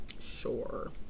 Sure